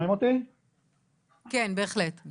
יש